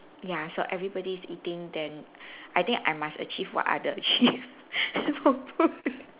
ya so everybody is eating then I think I must achieve what other achieve